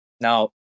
now